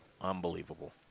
unbelievable